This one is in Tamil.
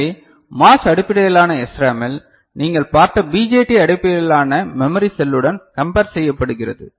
எனவே MOS அடிப்படையிலான SRAM இல் நீங்கள் பார்த்த பிஜேடி அடிப்படையிலான மெமரி செல்லுடன் கம்பேர் செய்யப்படுகிறது